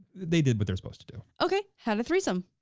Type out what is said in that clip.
they did what they're supposed to do. okay, had a threesome?